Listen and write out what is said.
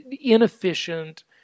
inefficient